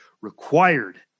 required